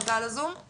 עלתה על הזום?